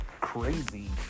crazy